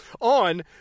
on